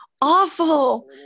awful